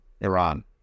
Iran